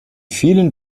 vielen